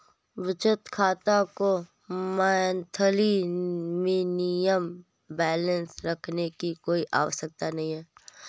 बचत खाता में मंथली मिनिमम बैलेंस रखने की कोई आवश्यकता नहीं है